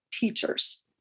teachers